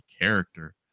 character